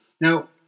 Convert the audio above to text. Now